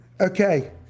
okay